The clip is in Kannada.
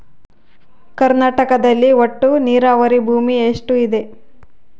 ಕರ್ನಾಟಕದಲ್ಲಿ ಒಟ್ಟು ನೇರಾವರಿ ಭೂಮಿ ಎಷ್ಟು ಇದೆ?